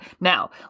Now